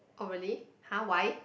oh really !huh! why